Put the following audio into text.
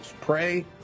Pray